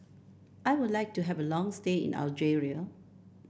I would like to have a long stay in Algeria